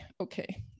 okay